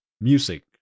music